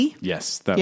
Yes